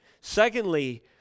Secondly